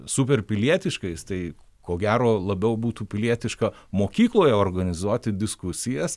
super pilietiškais tai ko gero labiau būtų pilietiška mokykloj organizuoti diskusijas